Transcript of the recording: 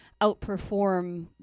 outperform